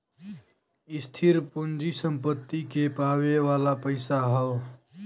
स्थिर पूँजी सम्पत्ति के पावे वाला पइसा हौ